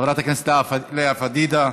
חברת הכנסת לאה פדידה,